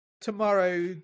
tomorrow